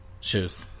Shoes